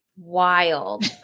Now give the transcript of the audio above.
Wild